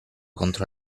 contro